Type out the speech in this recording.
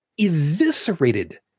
eviscerated